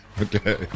Okay